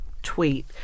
tweet